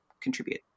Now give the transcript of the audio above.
contribute